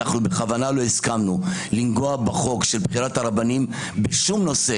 אנחנו בכוונה לא הסכמנו לגעת בחוק של בחירת הרבנים בשום נושא